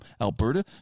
Alberta